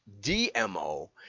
DMO